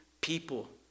people